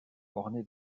orné